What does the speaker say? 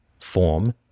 form